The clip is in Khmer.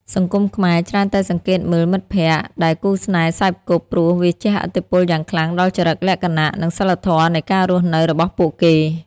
សង្គមខ្មែរច្រើនតែសង្កេតមើល "មិត្តភក្តិ" ដែលគូស្នេហ៍សេពគប់ ព្រោះវាជះឥទ្ធិពលយ៉ាងខ្លាំងដល់ចរិតលក្ខណៈ និងសីលធម៌នៃការរស់នៅរបស់ពួកគេ។